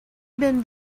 been